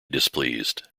displeased